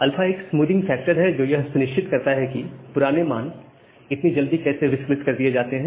α एक smoothing factor है जो यह सुनिश्चित करता है कि पुराने मान इतनी जल्दी कैसे विस्मृत कर दिए जाते हैं